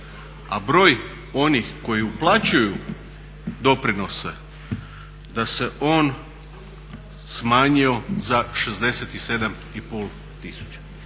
a broj onih koji uplaćuju doprinose da se on smanjio za 67,5